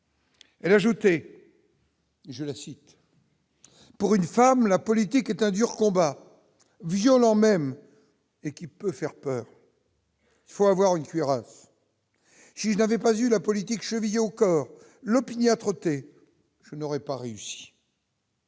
Elle ajouté. Je la cite, pour une femme, la politique est un dur combat violent même et qui peut faire peur, il faut avoir une cuirasse, je n'avais pas eu la politique sa vision encore l'opiniâtreté, je n'aurais pas réussi.